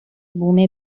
بوم